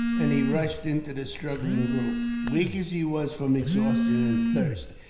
and he rushed into the struggling group. weak as he was from exhaustion and thirst,